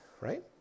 right